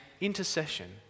intercession